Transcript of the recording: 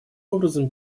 образом